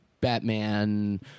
Batman